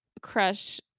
crush